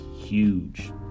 huge